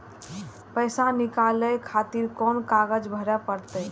पैसा नीकाले खातिर कोन कागज भरे परतें?